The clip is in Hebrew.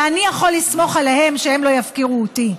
ואני יכול לסמוך עליהם שהם לא יפקירו אותי.